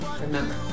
Remember